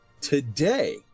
today